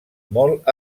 molt